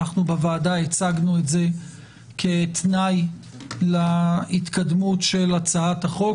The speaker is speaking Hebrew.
בוועדה הצגנו את זה כתנאי להתקדמות בהצעת החוק,